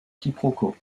quiproquos